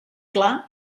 clar